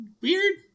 weird